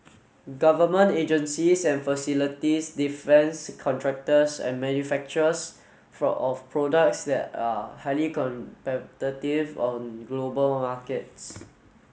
government agencies and facilities defence contractors and manufacturers for of products that are highly competitive on global markets